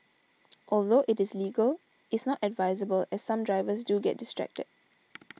although it is legal is not advisable as some drivers do get distracted